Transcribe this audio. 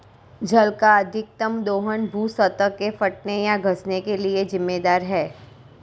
जल का अत्यधिक दोहन भू सतह के फटने या धँसने के लिये जिम्मेदार है